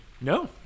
No